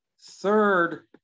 third